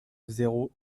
zéro